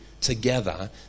together